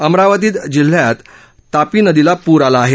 अमरावतीत जिल्ह्यात तापी नदीला पूर आला आहे